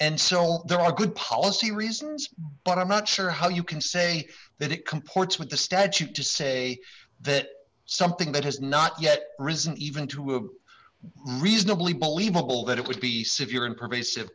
and so there are good policy reasons but i'm not sure how you can say that it comports with the statute to say that something that has not yet risen even to a reasonably believable that it would be severe and pervasive